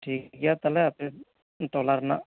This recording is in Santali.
ᱴᱷᱤᱠ ᱜᱮᱭᱟ ᱛᱟᱦᱚᱞᱣ ᱟᱯᱮ ᱴᱚᱞᱟ ᱨᱮᱱᱟᱜ